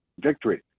victory